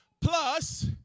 plus